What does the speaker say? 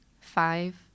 Five